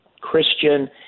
Christian